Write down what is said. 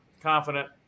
confident